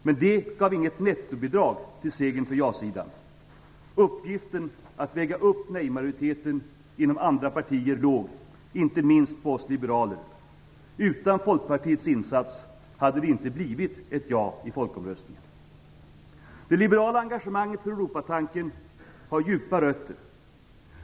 Men det gav inget nettobidrag till segern för ja-sidan. Uppgiften att väga upp nej-majoriteten låg inom andra partier, inte minst oss liberaler. Utan Folkpartiets insats hade det inte blivit ett ja i folkomröstningen. Det liberala engagemanget för Europatanken har djupa rötter.